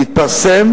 יתפרסם